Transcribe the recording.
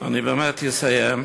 אני באמת אסיים.